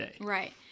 Right